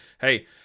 hey